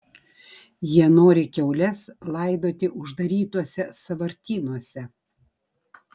jie nori kiaules laidoti uždarytuose sąvartynuose